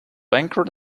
banker